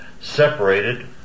separated